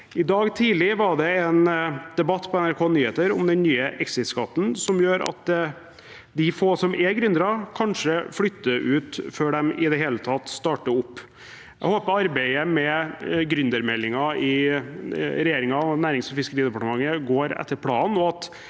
I dag tidlig var det en debatt på NRK Nyheter om den nye exit-skatten, som gjør at de få som er gründere, kanskje flytter ut før de i det hele tatt har startet opp. Jeg håper arbeidet med gründermeldingen i regjeringen, i Nærings-